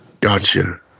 Gotcha